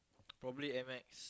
probably at Macs